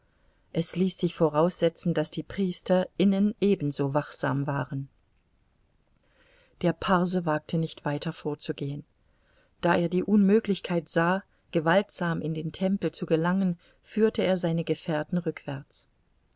es ließ sich voraussetzen daß die priester innen ebenso wachsam waren der parse wagte nicht weiter vorzugehen da er die unmöglichkeit sah gewaltsam in den tempel zu gelangen führte er seine gefährten rückwärts